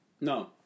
No